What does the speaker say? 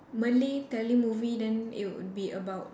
Malay telemovie then it would be about